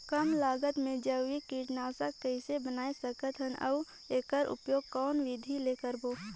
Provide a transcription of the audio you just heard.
कम लागत मे जैविक कीटनाशक कइसे बनाय सकत हन अउ एकर उपयोग कौन विधि ले करबो?